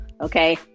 okay